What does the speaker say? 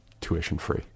tuition-free